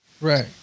Right